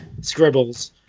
scribbles